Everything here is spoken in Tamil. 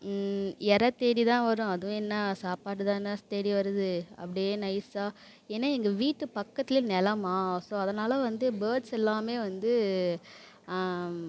இற தேடி தான் வரும் அதுவும் என்ன சாப்பாடு தான் தேடி வருது அப்டி நைசாக ஏன்னா எங்கள் வீட்டு பக்கத்தில் நிலமா ஸோ அதனால வந்து பேர்ட்ஸ் எல்லாம் வந்து